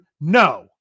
no